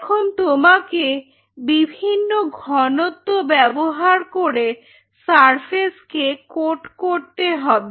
এখন তোমাকে বিভিন্ন ঘনত্ব ব্যবহার করে সারফেসকে কোট করতে হবে